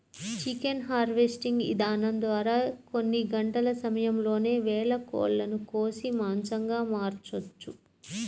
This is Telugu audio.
చికెన్ హార్వెస్టింగ్ ఇదానం ద్వారా కొన్ని గంటల సమయంలోనే వేల కోళ్ళను కోసి మాంసంగా మార్చొచ్చు